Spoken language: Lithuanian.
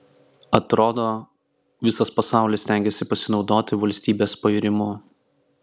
atrodo visas pasaulis stengiasi pasinaudoti valstybės pairimu